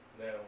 Now